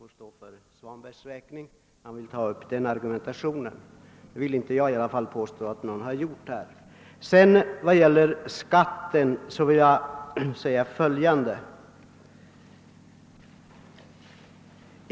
Herr talman! Jag vill först säga att jag inte vill bedöma vem som pratar dumheter. Vad herr Svanberg sade får stå för hans egen räkning. I varje fall vill inte jag göra sådana påståenden. Beträffande skatten vill jag säga följande.